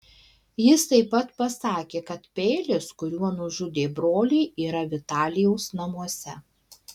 jis taip pat pasakė kad peilis kuriuo nužudė brolį yra vitalijaus namuose